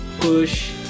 Push